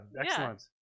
excellent